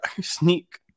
sneak